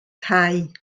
cau